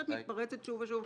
שאת מתפרצת שוב ושוב,